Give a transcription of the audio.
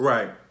Right